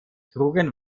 trugen